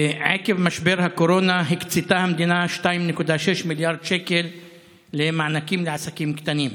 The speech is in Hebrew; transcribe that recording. עקב משבר הקורונה הקצתה המדינה 2.6 מיליארד שקל למענקים לעסקים קטנים.